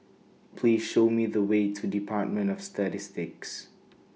Please Show Me The Way to department of Statistics